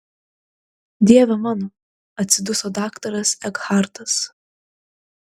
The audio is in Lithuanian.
dieve mano atsiduso daktaras ekhartas